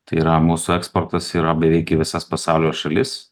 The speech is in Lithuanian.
tai yra mūsų eksportas yra beveik į visas pasaulio šalis